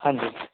ਹਾਂਜੀ